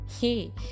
hey